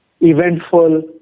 eventful